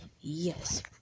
yes